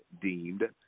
deemed